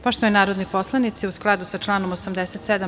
Poštovani narodni poslanici, u skladu sa članom 87.